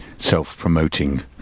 Self-promoting